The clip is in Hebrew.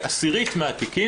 כעשירית מהתיקים,